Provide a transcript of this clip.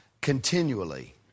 continually